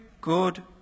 good